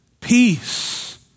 peace